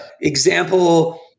Example